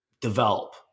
develop